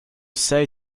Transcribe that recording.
say